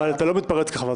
אבל אתה לא מתפרץ ככה לגפני.